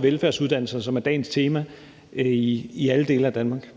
velfærdsuddannelserne, som er dagens tema, i alle dele af Danmark.